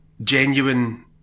genuine